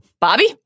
Bobby